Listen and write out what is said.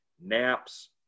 Naps